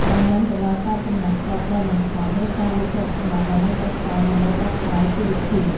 ដែលនាំទៅដល់ការចំណាកស្រុកដោយបង្ខំ ឬការលក់ទ្រព្យសម្បត្តិដែលនៅសេសសល់ដើម្បីដោះស្រាយជីវភាព។